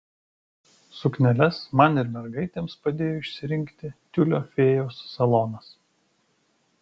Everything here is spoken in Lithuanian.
sukneles man ir mergaitėms padėjo išsirinkti tiulio fėjos salonas